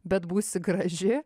bet būsi graži